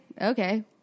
okay